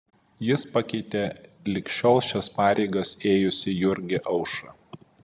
jis pakeitė lig šiol šias pareigas ėjusį jurgį aušrą